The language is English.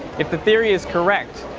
if the theory is correct,